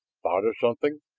thought of something?